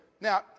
now